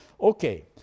Okay